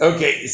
Okay